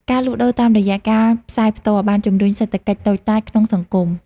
ការលក់ដូរតាមរយៈការផ្សាយផ្ទាល់បានជំរុញសេដ្ឋកិច្ចតូចតាចក្នុងសង្គម។